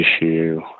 issue